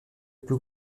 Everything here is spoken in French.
plus